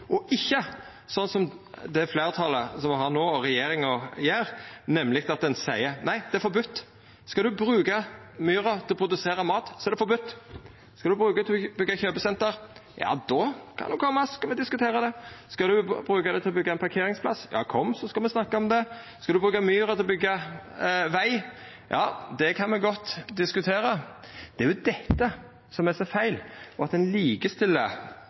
og ikkje gjera sånn som det fleirtalet som me har no, og regjeringa, gjer, nemleg at ein seier: Nei, det er forbode. Skal ein bruka myra til å produsera mat, er det forbode. Skal ein bruka ho til å byggja kjøpesenter, ja, då kan ein koma, og så skal me diskutera det. Skal ein bruka ho til å byggja ein parkeringsplass? Kom, så skal me snakka om det. Skal ein bruka myra til å byggja veg? Ja, det kan me godt diskutera. Det er dette som er så feil, og at ein likestiller